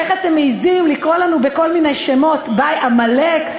איך אתם מעזים לקרוא לנו בכל מיני שמות, עמלק?